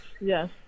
Yes